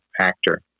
actor